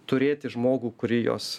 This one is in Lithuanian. turėti žmogų kurį jos